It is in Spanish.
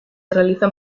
realizan